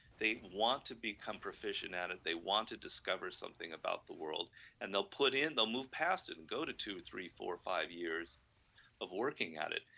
they want to become professional at it, they want to discover something about the world and they'll put in, they'll move past and go to two, three, four, five years of working at it,